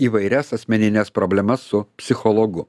įvairias asmenines problemas su psichologu